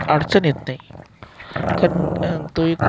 अडचण येत नाही कन् तो एक